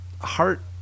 heart